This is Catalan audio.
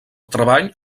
treball